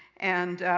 and